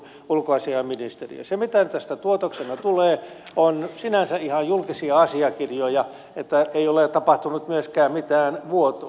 se mitä tästä tuotoksena tulee on sinänsä ihan julkisia asiakirjoja niin että ei ole tapahtunut myöskään mitään vuotoa